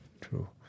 True